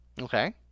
Okay